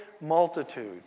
multitude